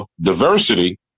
diversity